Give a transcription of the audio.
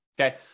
Okay